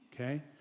okay